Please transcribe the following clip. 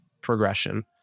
progression